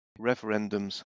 referendums